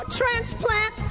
transplant